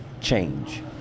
change